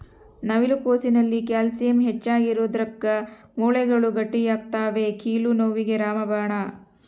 ನವಿಲು ಕೋಸಿನಲ್ಲಿ ಕ್ಯಾಲ್ಸಿಯಂ ಹೆಚ್ಚಿಗಿರೋದುಕ್ಕ ಮೂಳೆಗಳು ಗಟ್ಟಿಯಾಗ್ತವೆ ಕೀಲು ನೋವಿಗೆ ರಾಮಬಾಣ